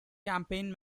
campaign